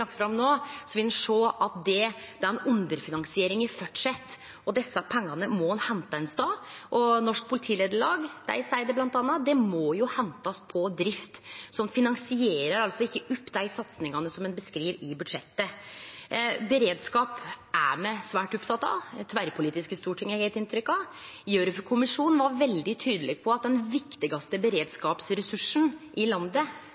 vil ein sjå at den underfinansieringa fortset. Desse pengane må ein hente ein stad, og Norges Politilederlag bl.a. seier at dei må hentast på drift. Så ein finansierer ikkje opp dei satsingane som ein beskriv i budsjettet. Beredskap er me svært opptekne av i Stortinget – tverrpolitisk, har eg inntrykk av. Gjørv-kommisjonen var veldig tydeleg på at den viktigaste beredskapsressursen i landet